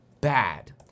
bad